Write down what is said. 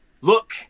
look